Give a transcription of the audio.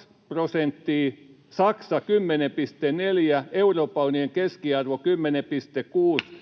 6,2 prosenttia, Saksa 10,4, Euroopan unionin keskiarvo 10,6, [Puhemies